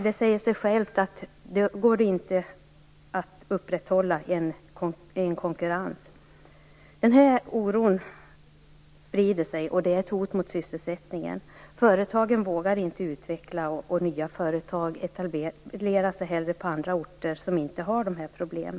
Det säger sig självt att det då inte går att upprätthålla en konkurrens. Den här oron sprider sig, och det är ett hot mot sysselsättningen. Företagen vågar inte utvecklas, och nya företag etablerar sig hellre på andra orter som inte har dessa problem.